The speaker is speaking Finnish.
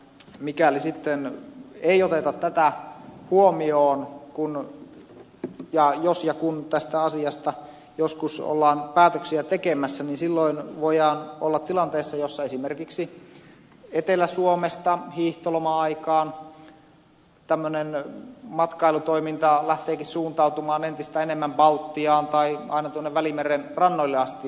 mikäli sitten ei oteta tätä huomioon jos ja kun tästä asiasta joskus ollaan päätöksiä tekemässä niin silloin voidaan olla tilanteessa jossa esimerkiksi etelä suomesta hiihtoloma aikaan tämmöinen matkailutoiminta lähteekin suuntautumaan entistä enemmän baltiaan tai aina tuonne välimeren rannoille asti